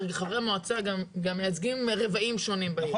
חברי מועצה גם מייצגים רבעים שונים בעיר,